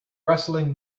rustling